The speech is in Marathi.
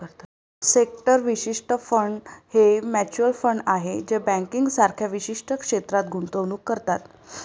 सेक्टर विशिष्ट फंड हे म्युच्युअल फंड आहेत जे बँकिंग सारख्या विशिष्ट क्षेत्रात गुंतवणूक करतात